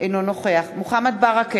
אינו נוכח מיכל בירן,